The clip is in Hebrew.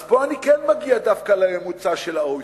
אז פה אני כן מגיע דווקא לממוצע של ה-OECD.